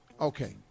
Okay